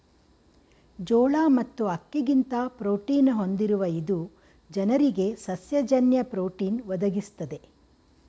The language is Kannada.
ಜೋಳ ಮತ್ತು ಅಕ್ಕಿಗಿಂತ ಪ್ರೋಟೀನ ಹೊಂದಿರುವ ಇದು ಜನರಿಗೆ ಸಸ್ಯ ಜನ್ಯ ಪ್ರೋಟೀನ್ ಒದಗಿಸ್ತದೆ